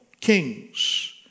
kings